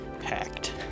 packed